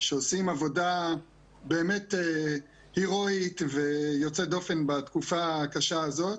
שעושים עבודה באמת הרואית ויוצאת דופן בתקופה הקשה הזאת,